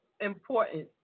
important